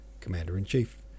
commander-in-chief